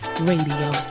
Radio